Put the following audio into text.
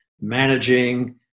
managing